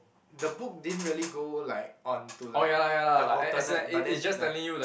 the book didn't really go like on to like the alternate but then like